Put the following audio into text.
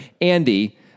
Andy